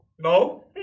No